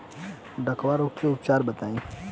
डकहा रोग के उपचार बताई?